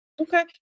Okay